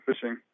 fishing